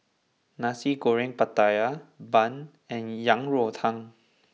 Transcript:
Nasi Goreng Pattaya Bun and Yang Rou Tang